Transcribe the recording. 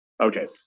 Okay